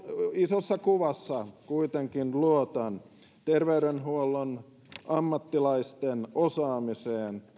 isossa kuvassa kuitenkin luotan terveydenhuollon ammattilaisten osaamiseen